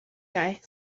guy